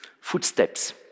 Footsteps